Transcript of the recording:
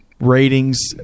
ratings